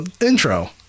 intro